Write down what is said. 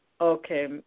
Okay